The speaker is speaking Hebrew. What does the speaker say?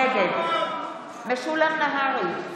נגד משולם נהרי,